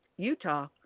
Utah